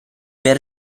per